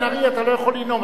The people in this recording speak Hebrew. אתה יכול לקרוא קריאת ביניים.